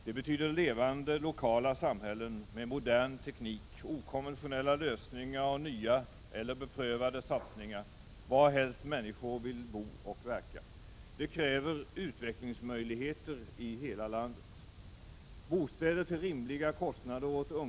Det betyder levande, lokala samhällen med modern teknik, okonventionella lösningar och nya — eller beprövade — satsningar varhelst människor vill bo och verka.